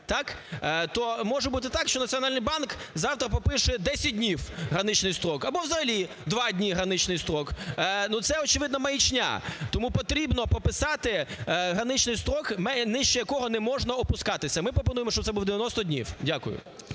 то може бути так, що Національний банк завтра пропише 10 днів граничний строк або взагалі 2 дні граничний строк. Ну, це, очевидно, маячня. Тому потрібно прописати граничний строк, нижче якого не можна опускатися. Ми пропонуємо, щоб це було 90 днів. Дякую.